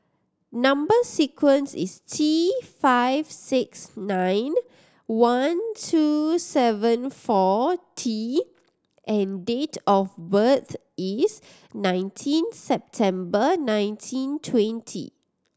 number sequence is T five six nine one two seven four T and date of birth is nineteen September nineteen twenty